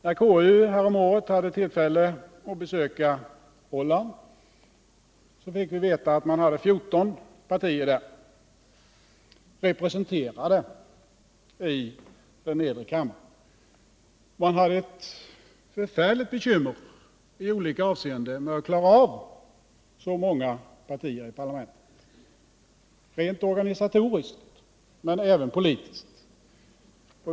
När KU häromåret hade tillfälle att besöka Holland, fick vi veta att man hade 14 partier representerade i den nedre kammaren. Man hade i alla avseenden ett förfärligt bekymmer med att klara av så många partier i parlamentet, rent organisatoriskt men även politiskt.